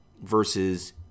versus